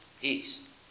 peace